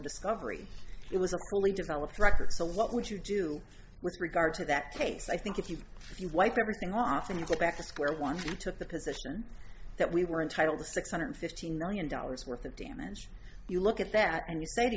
discovery it was a fully developed record so what would you do with regard to that case i think if you if you wipe everything off and you go back to square one you took the position that we were entitled to six hundred fifty million dollars worth of damage you look at that and you say to